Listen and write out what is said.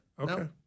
Okay